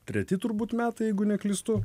treti turbūt metai jeigu neklystu